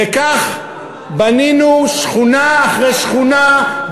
וכך בנינו שכונה אחרי שכונה,